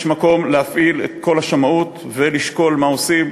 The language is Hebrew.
יש מקום להפעיל את כל השמאות ולשקול מה עושים.